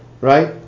right